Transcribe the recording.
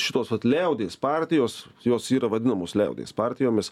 šitos vat liaudies partijos jos yra vadinamos liaudies partijomis